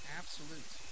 absolute